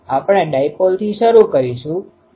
પ્રથમ આપણે ડાયપોલથી શરૂ કરીશું